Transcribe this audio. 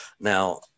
Now